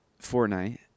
Fortnite